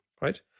right